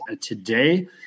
today